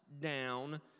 down